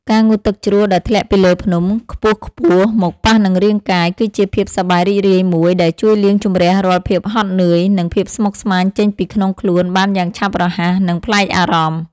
ការងូតទឹកជ្រោះដែលធ្លាក់ពីលើភ្នំខ្ពស់ៗមកប៉ះនឹងរាងកាយគឺជាភាពសប្បាយរីករាយមួយដែលជួយលាងជម្រះរាល់ភាពហត់នឿយ និង ភាពស្មុគស្មាញចេញពីក្នុងខ្លួនបានយ៉ាងឆាប់រហ័ស និង ប្លែកអារម្មណ៍។